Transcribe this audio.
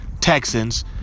Texans